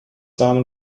namen